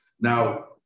Now